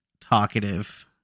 talkative